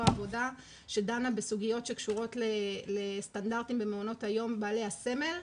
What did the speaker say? העבודה שדנה בסוגיות שקשורות לסטנדרטים במעונות היום בעלי הסמל.